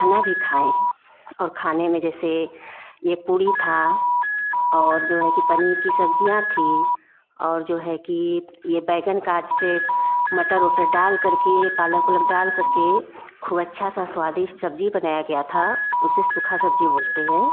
खाना भी खाएँ हैं और खाने में जैसे ये पूड़ी था और जो है कि पनीर की सब्जियाँ थी और जो है कि ये ये बैंगन का जिसे मटर उटर डाल करके पालक उलक डाल करके खूब अच्छा सा स्वादिष्ट सब्जी बनाया गया था उसे सूखा सब्जी बोलते है